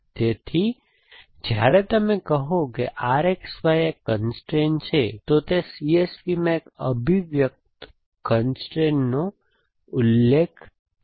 તેથી જ્યારે તમે કહો છો કે RXY એ કન્સ્ટ્રેઇન છે તો તે CSP માં એક અભિવ્યક્ત કન્સ્ટ્રેઇનનો ઉલ્લેખ છે